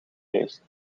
leest